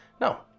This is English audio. no